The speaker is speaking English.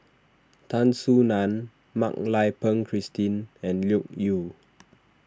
Tan Soo Nan Mak Lai Peng Christine and Loke Yew